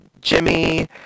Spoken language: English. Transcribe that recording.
Jimmy